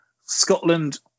Scotland